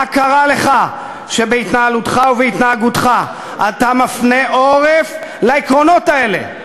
מה קרה לך שבהתנהלותך ובהתנהגותך אתה מפנה עורף לעקרונות האלה?